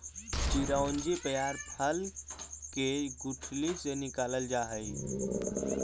चिरौंजी पयार फल के गुठली से निकालल जा हई